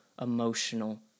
emotional